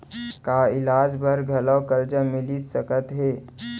का इलाज बर घलव करजा मिलिस सकत हे?